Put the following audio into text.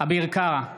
אביר קארה,